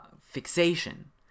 fixation